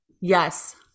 Yes